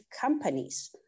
companies